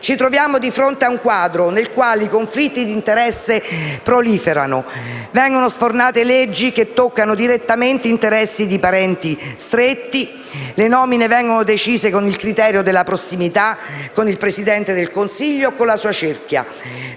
ci troviamo di fronte a un quadro nel quale i conflitti di interesse proliferano. Vengono sfornate leggi che toccano direttamente interessi di parenti stretti; le nomine vengono decise con il criterio della prossimità con il Presidente del Consiglio o con la sua cerchia.